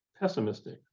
pessimistic